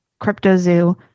CryptoZoo